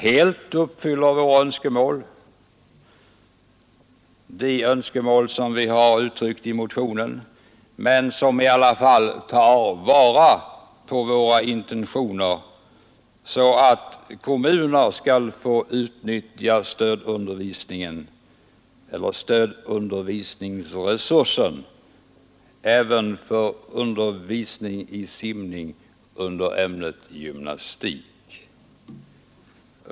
Den uppfyller kanske inte helt de önskemål vi uttryckt i motionen, men den tar i alla fall vara på våra intentioner, så att kommunerna skall kunna få utnyttja stödundervisningens resurser även för undervisning i simning under ämnet gymnastik.